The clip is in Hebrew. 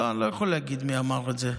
לא, אני לא יכול להגיד מי אמר את זה.